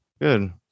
Good